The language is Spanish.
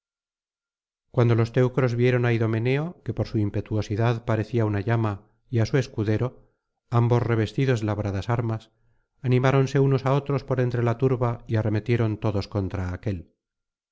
cuando los teucros vieron á idomeneo que por su impetuosidad parecía una llama y á su escudero ambos revestidos de labradas armas animáronse unos á otros por entre la turba y arremetieron todos contra aquel